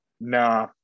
nah